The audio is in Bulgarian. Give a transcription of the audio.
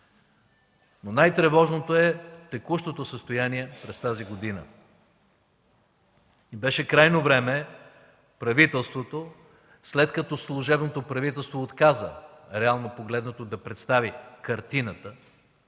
но най-тревожното е текущото състояние през тази година. Беше крайно време правителството, след като служебното правителство отказа, реално погледнато, да представи картината